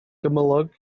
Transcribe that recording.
gymylog